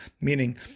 Meaning